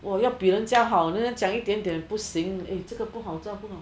哦要比人家好那讲一点点不行这个不好这个不好